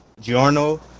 Giorno